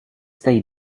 they